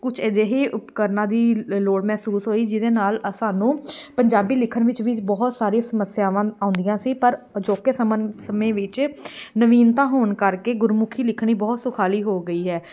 ਕੁਛ ਅਜਿਹੇ ਉਪਕਰਨਾਂ ਦੀ ਲੋੜ ਮਹਿਸੂਸ ਹੋਈ ਜਿਹਦੇ ਨਾਲ ਸਾਨੂੰ ਪੰਜਾਬੀ ਲਿਖਣ ਵਿੱਚ ਵੀ ਬਹੁਤ ਸਾਰੇ ਸਮੱਸਿਆਵਾਂ ਆਉਂਦੀਆਂ ਸੀ ਪਰ ਅਜੋਕੇ ਸਮੇਂ ਸਮੇਂ ਵਿੱਚ ਨਵੀਨਤਾ ਹੋਣ ਕਰਕੇ ਗੁਰਮੁਖੀ ਲਿਖਣੀ ਬਹੁਤ ਸੁਖਾਲੀ ਹੋ ਗਈ ਹੈ